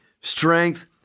strength